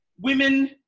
women